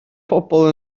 pobl